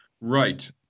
right